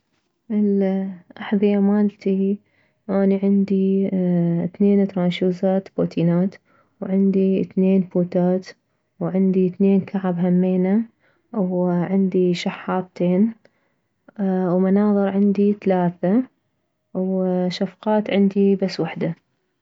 الاحذية مالتي اني عندي ثنين ترانشوزات بوتينات وعندي اثنين بوتات وعندي اثنين كعب همينه وعندي شحاطتين ومناظر عندي ثلاثة وشفقات عندي بس وحدة